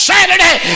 Saturday